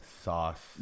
sauce